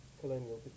colonial